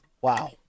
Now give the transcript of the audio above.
Wow